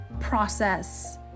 process